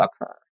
occur